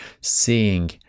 seeing